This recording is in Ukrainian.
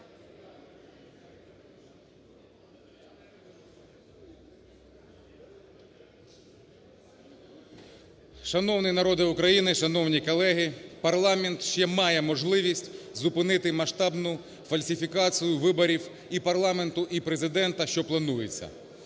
Шановний народе України! Шановні колеги! Парламент ще має можливість зупинити масштабну фальсифікацію виборів і парламенту, і Президента, що планується.